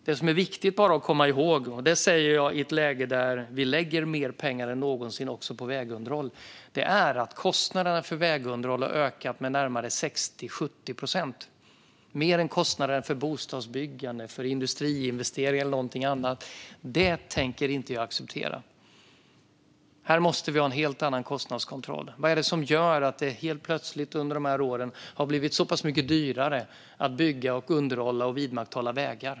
Det som är viktigt att komma ihåg - det säger jag i ett läge där vi lägger mer pengar än någonsin också på vägunderhåll - är att kostnaderna för vägunderhåll har ökat med närmare 60-70 procent, mer än kostnaderna för bostadsbyggande, för industriinvesteringar eller för någonting annat. Det tänker inte jag acceptera. Här måste vi ha en helt annan kostnadskontroll. Vad är det som gör att det helt plötsligt under dessa år har blivit så pass mycket dyrare att bygga, underhålla och vidmakthålla vägar?